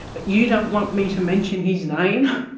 but you don't want me to mention his name.